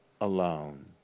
alone